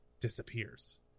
disappears